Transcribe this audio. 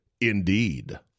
Indeed